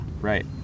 Right